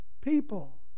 people